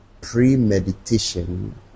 premeditation